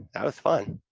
that was fun.